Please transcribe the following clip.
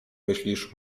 myślisz